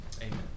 Amen